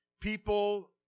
people